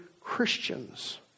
Christians